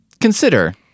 consider